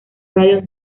radio